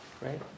right